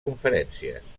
conferències